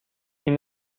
این